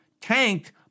tanked